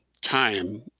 time